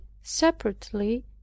separately